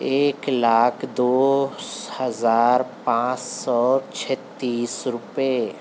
ایک لاکھ دو ہزار پانچ سو چھتیس روپیے